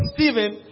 Stephen